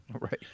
Right